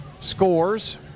scores